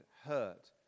hurt